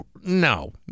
no